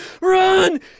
run